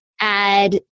add